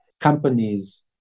companies